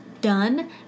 done